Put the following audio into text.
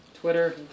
Twitter